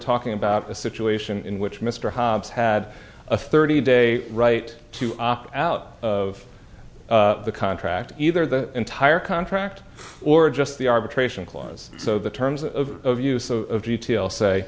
talking about a situation in which mr hobbs had a thirty day right to opt out of the contract either the entire contract or just the arbitration clause the terms of use of retail say